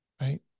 right